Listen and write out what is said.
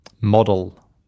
model